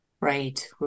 Right